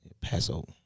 Passover